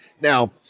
Now